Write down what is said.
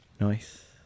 Nice